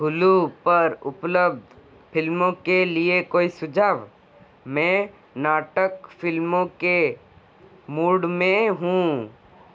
हुलु पर उपलब्ध फ़िल्मों के लिए कोई सुझाव मैं नाटक फ़िल्मों के मूड में हूँ